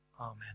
Amen